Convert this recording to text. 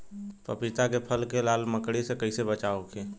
पपीता के फल के लाल मकड़ी से कइसे बचाव होखि?